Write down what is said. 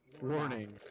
Warning